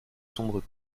sombres